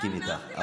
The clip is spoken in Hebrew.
מסכים איתך,